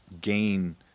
gain